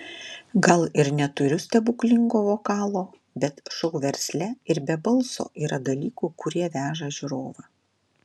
gal ir neturiu stebuklingo vokalo bet šou versle ir be balso yra dalykų kurie veža žiūrovą